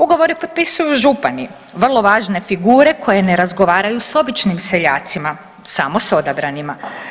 Ugovore potpisuju župani, vrlo važne figure koje ne razgovaraju s običnim seljacima, samo s odabranima.